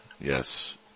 Yes